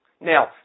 Now